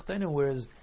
Whereas